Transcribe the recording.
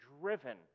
driven